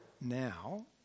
now